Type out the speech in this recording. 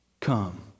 come